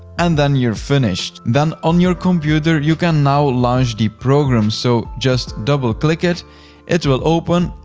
and then you're finished. then, on your computer you can now launch the program. so, just double click it, it will open,